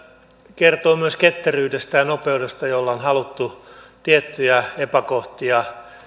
kertoo myös ketteryydestä ja nopeudesta jolla on haluttu tiettyjä epäkohtia